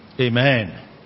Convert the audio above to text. Amen